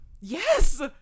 yes